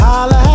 Holla